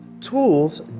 Tools